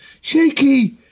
Shaky